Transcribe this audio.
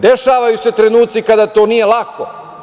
Dešavaju se trenuci kada to nije lako.